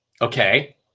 Okay